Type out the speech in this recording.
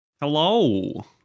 Hello